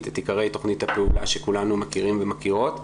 את עיקרי תכנית הפעולה שכולנו מכירים ומכירות,